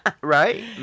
right